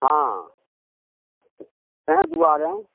हँ तैं दुआरे